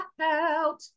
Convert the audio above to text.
out